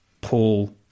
Paul